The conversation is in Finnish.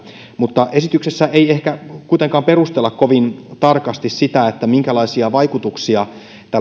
mutta esityksessä ei ehkä kuitenkaan perustella kovin tarkasti sitä minkälaisia vaikutuksia tällä